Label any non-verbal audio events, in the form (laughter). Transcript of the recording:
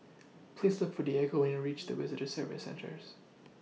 (noise) Please Look For Diego when YOU REACH The Visitor Services Centrals